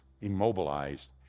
immobilized